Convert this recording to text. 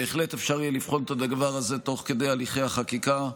בהחלט אפשר יהיה לבחון את הדבר הזה תוך כדי הליכי החקיקה,